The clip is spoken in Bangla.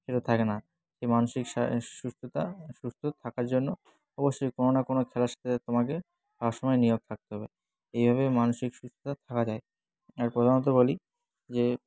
সেটা থাকে না সেই মানসিক সা সুস্থতা সুস্থ থাকার জন্য অবশ্যই কোনো না কোনো খেলার সাথে তোমাকে সব সময় নিয়োগ থাকতে হবে এইভাবে মানসিক সুস্থতা থাকা যায় আর প্রথমত বলি যে